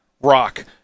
rock